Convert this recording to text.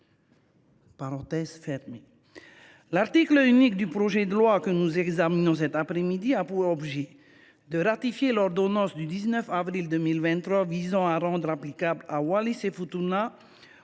L’article unique du projet de loi que nous examinons a pour objet de ratifier l’ordonnance du 19 avril 2023 visant à rendre applicables aux îles Wallis et Futuna,